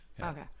okay